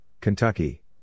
Kentucky